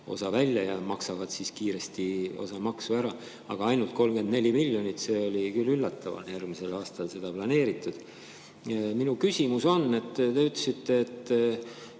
välja ja maksavad kiiresti osa maksu ära. Aga ainult 34 miljonit – see oli küll üllatav – on järgmisel aastal seda planeeritud. Minu küsimus on selle kohta, et